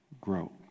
grow